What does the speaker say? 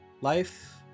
Life